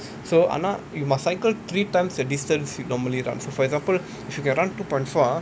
so ஆனா:aanaa you must cycle three times the distance you normally run so for example if you can run two point four ah